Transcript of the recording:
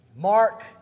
Mark